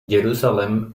jerusalem